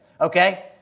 okay